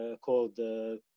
called